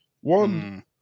One